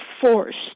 forced